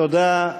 תודה.